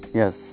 yes